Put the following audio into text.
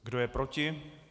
Kdo je proti?